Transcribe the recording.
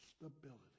stability